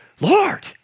Lord